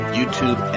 YouTube